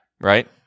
right